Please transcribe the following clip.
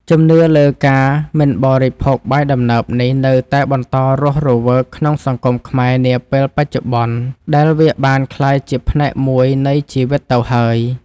ជំនឿលើការមិនបរិភោគបាយដំណើបនេះនៅតែបន្តរស់រវើកក្នុងសង្គមខ្មែរនាពេលបច្ចុប្បន្នដែលវាបានក្លាយជាផ្នែកមួយនៃជីវិតទៅហើយ។